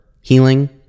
healing